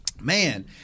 man